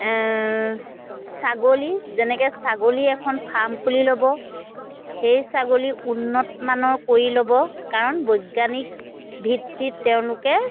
ছাগলী যেনেকৈ ছাগলীৰ এখন ফাৰ্ম খুলি ল'ব সেই ছাগলী উন্নতমানৰ কৰি ল'ব কাৰণ বৈজ্ঞানিক ভিত্তিত তেওঁলোকে